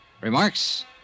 Remarks